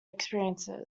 experiences